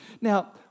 Now